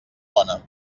bona